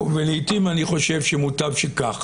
ולעיתים אני חושב שמוטב שכך.